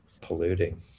polluting